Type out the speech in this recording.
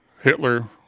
Hitler